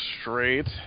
straight